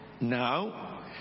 now